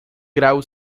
grau